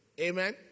Amen